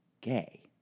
gay